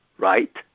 right